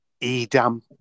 Edam